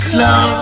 Slow